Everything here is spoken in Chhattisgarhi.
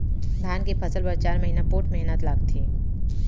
धान के फसल बर चार महिना पोट्ठ मेहनत लागथे